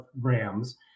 Rams